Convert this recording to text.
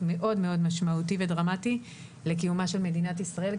מאוד מאוד משמעותי ודרמטי לקיומה של מדינת ישראל.